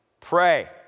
Pray